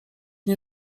nie